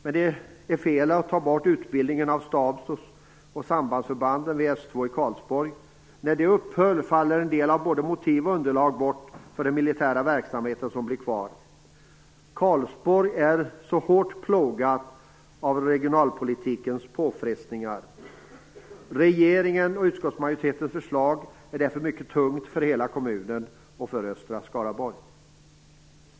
Men det är fel att lägga ned utbildningen av stabs och sambandsförbanden vid S 2 i Karlsborg. När den upphör faller en del av både motiv och underlag bort för den militära verksamhet som blir kvar. Karlsborg är hårt plågat av regionalpolitikens påfrestningar. Regeringens och utskottsmajoritetens förslag är därför mycket tungt för hela kommunen och för östra Skaraborg.